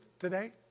today